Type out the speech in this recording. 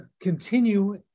continue